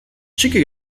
txiki